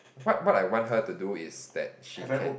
what what I want her to do is that she can